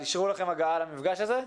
אישרו לכם הגעה למפגש הזה?